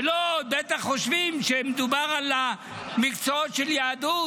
ולא, בטח חושבים שמדובר על מקצועות של יהדות.